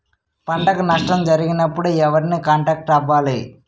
పంటకు నష్టం జరిగినప్పుడు ఎవరిని కాంటాక్ట్ అవ్వాలి?